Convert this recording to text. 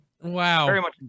Wow